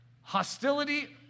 Hostility